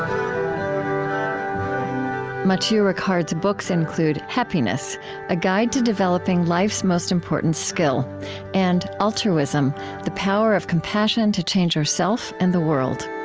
um matthieu ricard's books include happiness a guide to developing life's most important skill and altruism the power of compassion to change yourself and the world